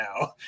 now